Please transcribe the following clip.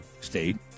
State